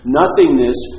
nothingness